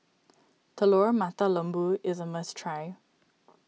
Telur Mata Lembu is a must try